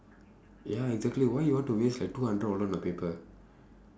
ya exactly why you want to waste like two hundred dollars on a paper